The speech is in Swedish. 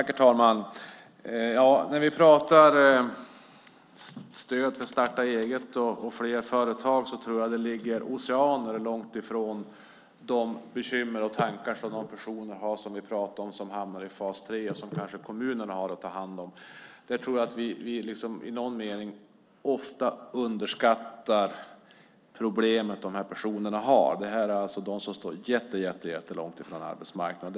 Herr talman! Vi pratar om stöd till att starta eget och om fler företag. Men jag tror att det där ligger oceaner bort från de bekymmer och tankar som de personer har som vi pratar om - personer som hamnar i fas 3 och som kommunerna kanske har att ta hand om. Jag tror att vi i någon mening ofta underskattar de problem som dessa personer har. Det handlar om personer som står mycket långt bort från arbetsmarknaden.